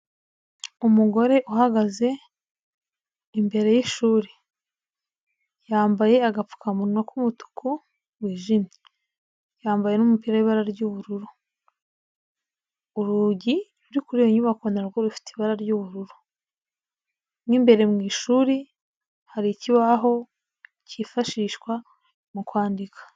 Umugore uhagaze imbere y'ishuri, yambaye agapfukamunwa k'umutuku wijimye, yambaye n'umupira w'ibara ry'ubururu, urugi rufite ibara ry'ubururu, mo imbere mu ishuri hari ikibaho kifashshwa mu kwandika.